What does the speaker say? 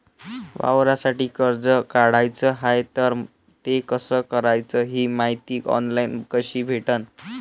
वावरासाठी कर्ज काढाचं हाय तर ते कस कराच ही मायती ऑनलाईन कसी भेटन?